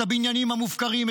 את הבניינים המופקרים,